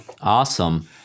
Awesome